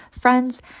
friends